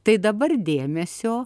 tai dabar dėmesio